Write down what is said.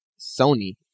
Sony